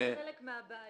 זאת עדיין חלק מהבעיה,